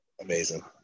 Amazing